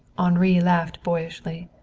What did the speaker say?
henri laughed boyishly.